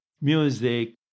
music